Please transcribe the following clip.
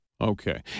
Okay